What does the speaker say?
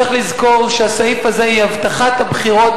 צריך לזכור שהסעיף הזה הוא הבטחת הבחירות